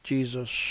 Jesus